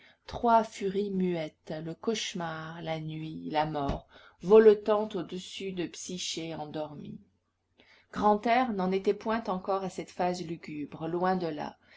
trois furies muettes le cauchemar la nuit la mort voletant au-dessus de psyché endormie grantaire n'en était point encore à cette phase lugubre loin de là